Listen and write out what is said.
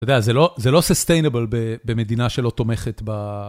אתה יודע, זה לא ססטיינבול במדינה שלא תומכת ב...